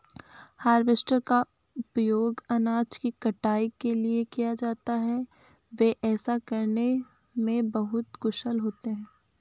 harvester का उपयोग अनाज की कटाई के लिए किया जाता है, वे ऐसा करने में बहुत कुशल होते हैं